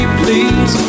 please